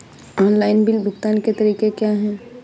Online bill भुगतान के तरीके क्या हैं?